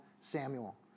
Samuel